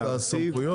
את הסמכויות?